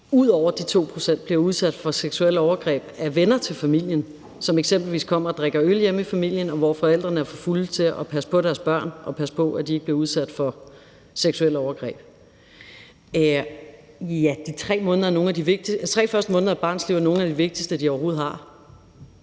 ud over de 2 pct. bliver udsat for seksuelle overgreb af venner til familien, som eksempelvis kommer og drikker øl hjemme i familien, og hvor forældrene er for fulde til at passe på deres børn og passe på, at de ikke bliver udsat for seksuelle overgreb. De 3 første måneder af et barns liv er nogle af de vigtigste, det overhovedet har.